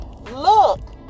Look